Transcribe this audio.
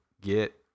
get